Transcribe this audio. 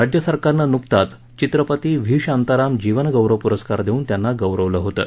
राज्यसरकारनं नुकताच चित्रपती व्ही शांताराम जीवन गौरव पुरस्कार देऊन त्यांना गौरवलं होतं